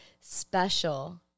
special